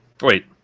Wait